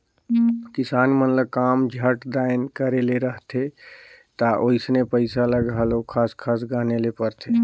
किसान मन ल काम झट दाएन करे ले रहथे ता वइसने पइसा ल घलो खस खस गने ले परथे